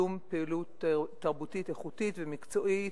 קידום פעילות תרבותית איכותית ומקצועית,